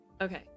Okay